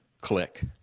Click